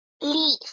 leaf